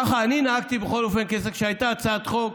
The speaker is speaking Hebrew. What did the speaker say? ככה אני נהגתי בכל אופן כשהייתה הצעת חוק.